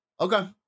Okay